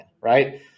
right